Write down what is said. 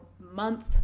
month